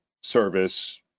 service